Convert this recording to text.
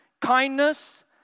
kindness